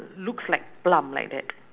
looks like plum like that